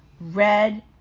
red